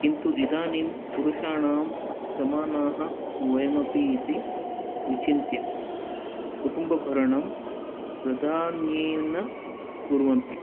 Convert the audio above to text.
किन्तु इदानीं पुरुषाणां समानाः वयमपि इति विचिन्त्य कुटम्बभरणं प्राधान्येन कुर्वन्ति